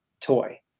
toy